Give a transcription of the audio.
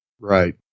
Right